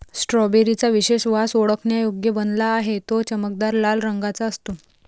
strawberry चा विशेष वास ओळखण्यायोग्य बनला आहे, तो चमकदार लाल रंगाचा असतो